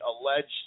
alleged